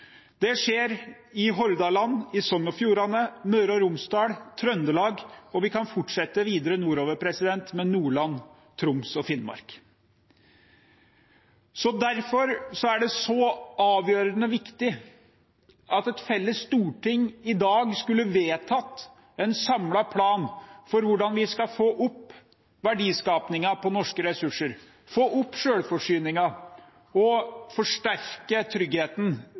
i Hordaland, i Sogn og Fjordane, i Møre og Romsdal og i Trøndelag, og vi kan fortsette videre nordover med Nordland, Troms og Finnmark. Derfor er det så avgjørende viktig at et felles storting i dag hadde vedtatt en samlet plan for hvordan vi skal få opp verdiskapingen av norske ressurser, få opp selvforsyningen og forsterke tryggheten